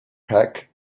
peck